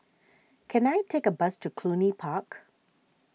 can I take a bus to Cluny Park